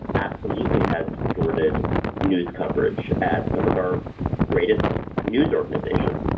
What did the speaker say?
absolutely has distorted news coverage at some of our greatest news organizations.